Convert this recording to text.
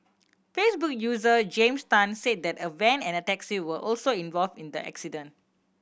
Facebook user James Tan said that a van and a taxi were also involved in the accident